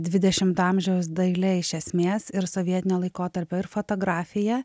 dvidešimto amžiaus daile iš esmės ir sovietinio laikotarpio ir fotografija